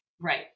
Right